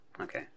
okay